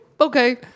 Okay